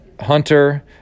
Hunter